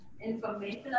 information